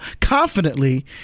confidently